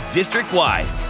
district-wide